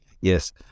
Yes